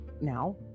now